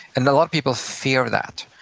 and a lot of people fear that.